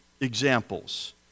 examples